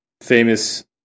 famous